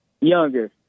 younger